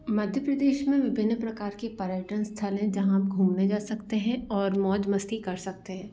मध्य प्रदेश में विभिन्न प्रकार के पर्यटन स्थल हैं जहाँ आप घूमने जा सकते हैं और मौज मस्ती कर सकते हैं